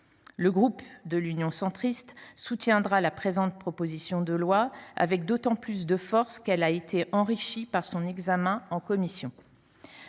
Le groupe Union Centriste soutiendra la présente proposition de loi avec d’autant plus de force que ce texte a été enrichi par son examen en commission.